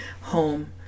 home